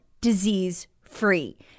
disease-free